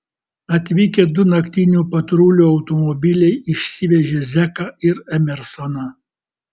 atvykę du naktinių patrulių automobiliai išsivežė zeką ir emersoną